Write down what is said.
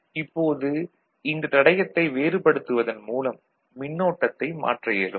இப்போது இந்தத் தடையத்தை வேறுபடுத்துவதன் மூலம் மின்னோட்டத்தை மாற்ற இயலும்